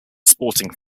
sporting